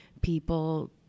people